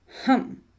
Hum